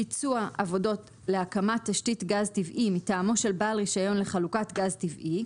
ביצוע עבודות להקמת תשתית גז טבעי מטעמו של בעל רישיון לחלוקת גז טבעי,